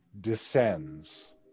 descends